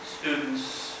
students